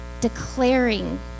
declaring